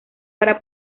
para